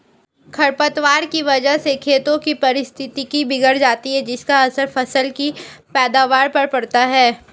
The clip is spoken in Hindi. खरपतवार की वजह से खेतों की पारिस्थितिकी बिगड़ जाती है जिसका असर फसल की पैदावार पर पड़ता है